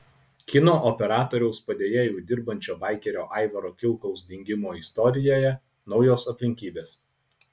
kino operatoriaus padėjėju dirbančio baikerio aivaro kilkaus dingimo istorijoje naujos aplinkybės